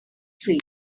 tree